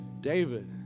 David